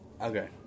Okay